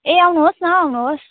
ए आउनुहोस् न आउनुहोस्